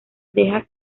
deja